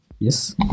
Yes